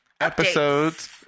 episodes